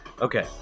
Okay